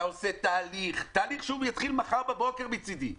אתה עושה תהליך תהליך שיתחיל מחר בבוקר מצדי.